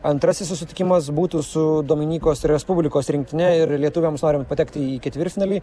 antrasis susitikimas būtų su dominikos respublikos rinktine ir lietuviams norint patekti į ketvirtfinalį